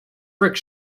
brick